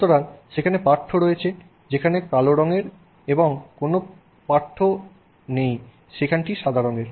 সুতরাং যেখানে পাঠ্য রয়েছে সেখানটি কালো রঙের এবং যেখানে কোনও পাঠ্য নেই সেখানটি সাদা রঙের